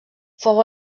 fou